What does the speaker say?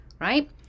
right